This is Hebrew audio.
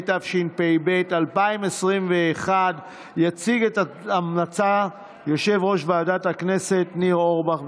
התשפ"ב 2021. יציג את ההמלצה יושב-ראש ועדת הכנסת ניר אורבך,